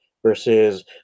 versus